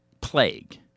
Plague